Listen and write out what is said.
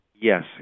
Yes